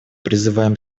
призываем